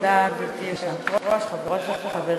גברתי היושבת-ראש, תודה, חברות וחברים,